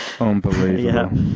Unbelievable